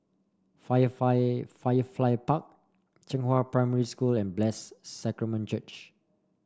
Firefly Park Zhenghua Primary School and Blessed Sacrament Church